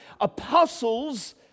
apostles